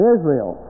Israel